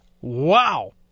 Wow